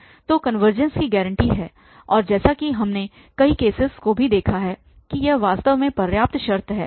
1 तो कनवर्जेंस की गारंटी है और जैसा कि हमने कई केसेस को भी देखा है कि यह वास्तव में पर्याप्त शर्त है